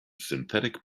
synthetic